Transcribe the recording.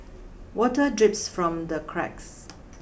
water drips from the cracks